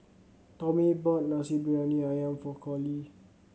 Tommy bought Nasi Briyani Ayam for Collie